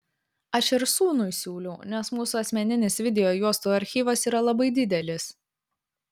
aš ir sūnui siūliau nes mūsų asmeninis video juostų archyvas yra labai didelis